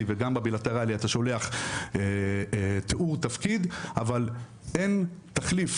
וגם לעובד בגיוס הבילטרלי אתה שולח תיאור תפקיד אבל אין תחליף